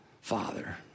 father